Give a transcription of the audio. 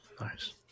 nice